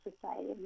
Society